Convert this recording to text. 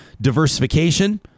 diversification